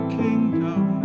kingdom